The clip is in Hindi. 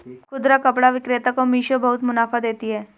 खुदरा कपड़ा विक्रेता को मिशो बहुत मुनाफा देती है